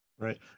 Right